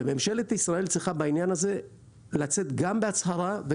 ממשלת ישראל צריכה לצאת בהצהרה בעניין הזה,